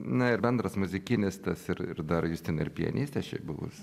na ir bendras muzikinis tas ir ir dar justina ir pianistė šiaip buvus